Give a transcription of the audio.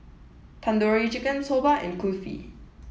Tandoori Chicken Soba and Kulfi